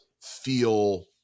feel